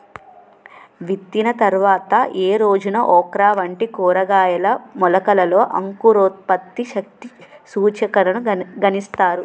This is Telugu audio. విత్తిన తర్వాత ఏ రోజున ఓక్రా వంటి కూరగాయల మొలకలలో అంకురోత్పత్తి శక్తి సూచికను గణిస్తారు?